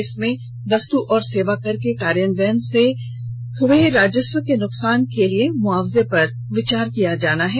इसमें वस्तु और सेवा कर के कार्यान्वयन से हए राजस्व के नुकसान के लिए मुआवजे पर विचार किया जाएगा